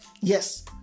Yes